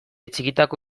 txikitako